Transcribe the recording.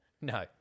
No